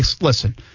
Listen